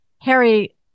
Harry